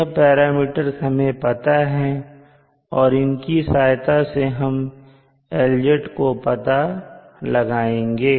यह पैरामीटर्स हमें पता है और इनकी सहायता से हम LZ का पता लगाएंगे